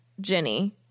Jenny